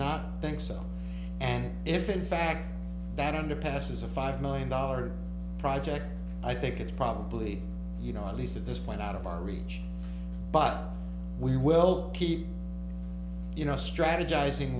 not think so and if in fact that underpass is a five million dollars project i think it's probably you know at least at this point out of our reach but we will keep you know strategizing